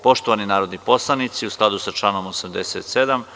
Poštovani narodni poslanici, u skladu sa članom 87.